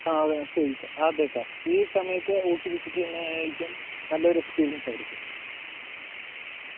ആ അതേ അതേ അതേ സർ ഈ സമയത്ത് ഊട്ടി വിസിറ്റ് ചെയുന്നതായിരിക്കും നല്ലൊരു എക്സ്പീരിയൻസ് ആയിരിക്കും